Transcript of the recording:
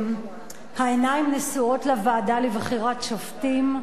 העיניים נשואות לוועדה לבחירת שופטים,